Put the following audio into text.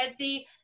Etsy